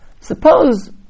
suppose